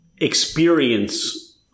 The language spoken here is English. experience